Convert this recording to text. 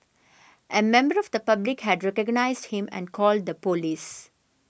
a member of the public had recognised him and called the police